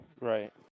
Right